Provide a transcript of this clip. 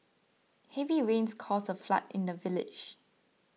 heavy rains caused a flood in the village